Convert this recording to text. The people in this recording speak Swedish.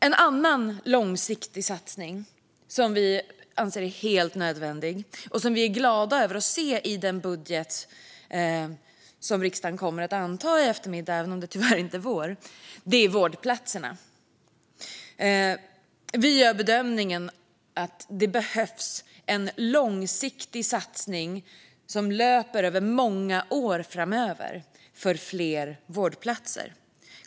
En annan långsiktig satsning som vi anser är helt nödvändig, och som vi är glada över att se i den budget som riksdagen kommer att anta i eftermiddag, även om den tyvärr inte är vår, är vårdplatserna. Vi gör bedömningen att det behövs en långsiktig satsning som löper över många år framöver för fler vårdplatser.